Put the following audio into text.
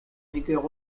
vigueur